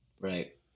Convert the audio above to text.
Right